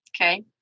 Okay